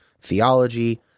theology